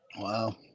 Wow